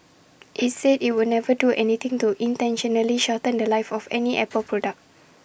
IT said IT would never do anything to intentionally shorten The Life of any Apple product